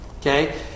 Okay